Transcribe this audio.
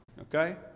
Okay